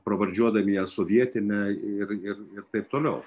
pravardžiuodami ją sovietine ir ir ir taip toliau